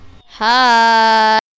Hi